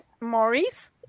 Maurice